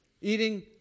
eating